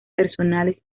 personales